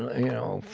you know,